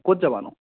ক'ত যাবানো